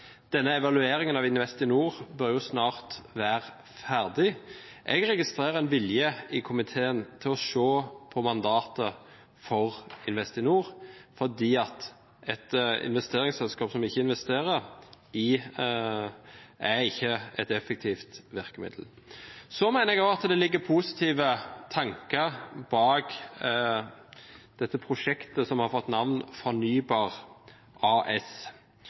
Denne evalueringen av Investinor bør snart være ferdig. Jeg registrerer en vilje i komiteen til å se på mandatet for Investinor, for et investeringsselskap som ikke investerer, er ikke et effektivt virkemiddel. Jeg mener også at det ligger positive tanker bak dette prosjektet som har fått navnet Fornybar AS.